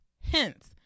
Hence